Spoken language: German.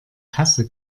kasse